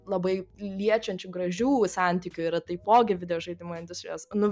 labai liečiančių gražių santykių yra taipogi videožaidimų industrijos nu